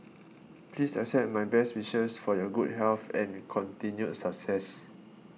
please accept my best wishes for your good health and continued success